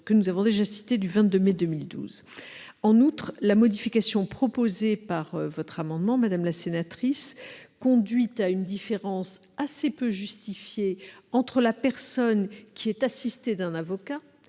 la directive déjà citée du 22 mai 2012. Par ailleurs, la modification introduite par votre amendement, madame la sénatrice, conduit à une différence assez peu justifiée entre la personne qui est assistée d'un avocat